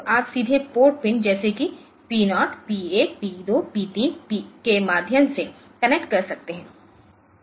तो आप सीधे पोर्ट पिन जैसे कि पी 0 पी 1 पी 2 पी 3 के माध्यम से कनेक्ट कर सकते हैं